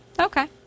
Okay